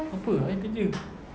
apa I kerja